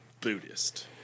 Buddhist